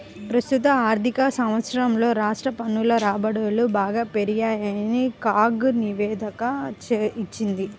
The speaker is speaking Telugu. ప్రస్తుత ఆర్థిక సంవత్సరంలో రాష్ట్ర పన్నుల రాబడులు బాగా పెరిగాయని కాగ్ నివేదిక ఇచ్చింది